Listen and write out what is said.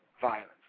violence